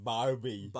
Barbie